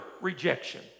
rejection